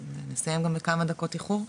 נסיים גם בכמה דקות איחור,